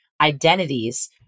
identities